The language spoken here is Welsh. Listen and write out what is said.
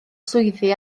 swyddi